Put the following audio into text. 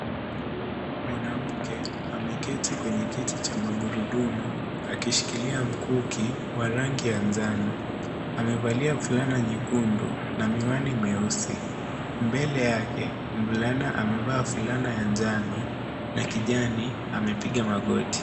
Mwanamke ameketi kwenye kiti cha magurudumu, akishikilia mkuki wa rangi ya njano. Amevalia fulana nyekundu na miwani mieusi. Mbele yake mvulana amevaa fulana ya njano na kijani, amepiga magoti.